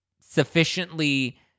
sufficiently